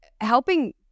helping